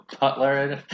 Butler